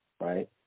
right